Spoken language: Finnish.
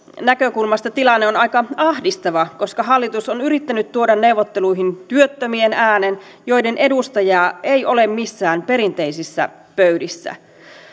näkökulmasta tilanne on aika ahdistava koska hallitus on yrittänyt tuoda neuvotteluihin työttömien äänen joiden edustajaa ei ole missään perinteisissä pöydissä